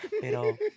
Pero